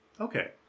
Okay